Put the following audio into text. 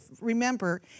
remember